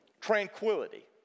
tranquility